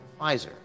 Pfizer